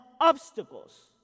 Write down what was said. obstacles